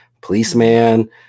policeman